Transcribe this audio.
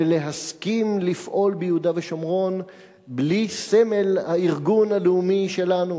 ולהסכים לפעול ביהודה ושומרון בלי סמל הארגון הלאומי שלנו,